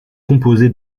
composé